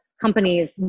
companies